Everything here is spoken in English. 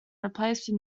replaced